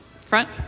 front